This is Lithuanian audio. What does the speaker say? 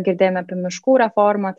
girdėjome apie miškų reformą tai